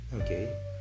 okay